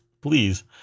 Please